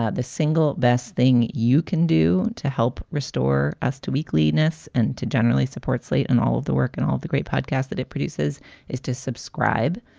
ah the single best thing you can do to help restore us to weekly ness and to generally support slate and all of the work and all of the great podcast that it produces is to subscribe.